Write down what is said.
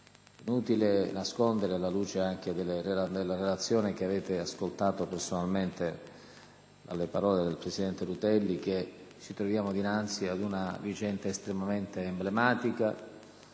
inutile nascondere, anche alla luce della relazione che avete ascoltato personalmente dal presidente Rutelli, che ci troviamo dinanzi ad una vicenda estremamente emblematica,